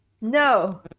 No